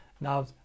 now